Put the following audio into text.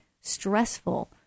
stressful